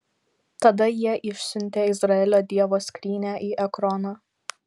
tada jie išsiuntė izraelio dievo skrynią į ekroną